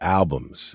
albums